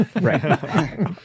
right